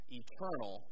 eternal